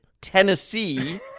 Tennessee